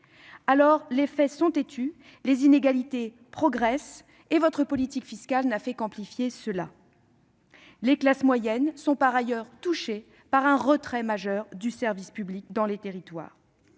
monsieur le ministre : les inégalités progressent et votre politique fiscale n'a fait qu'amplifier ce phénomène. Les classes moyennes sont par ailleurs touchées par un retrait majeur du service public dans les territoires.